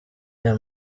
aya